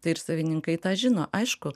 tai ir savininkai tą žino aišku